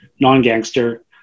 non-gangster